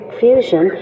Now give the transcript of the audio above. fusion